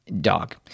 dog